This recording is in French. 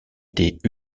étaient